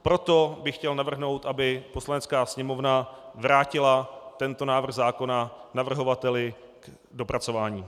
Proto bych chtěl navrhnout, aby Poslanecká sněmovna vrátila tento návrh zákona navrhovateli k dopracování.